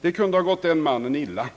Det kunde ha gått den mannen illa.